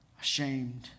ashamed